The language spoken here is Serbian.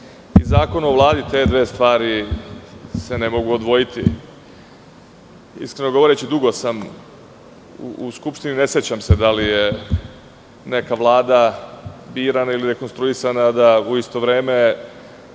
i Zakonu o Vladi, te dve stvari se ne mogu odvojiti. Iskreno govoreći dugo sam u Skupštini i ne sećam se da li je neka Vlada birana ili rekonstruisana, a da u isto vreme